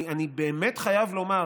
אני באמת חייב לומר,